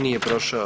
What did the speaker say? Nije prošao.